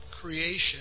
creation